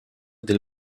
del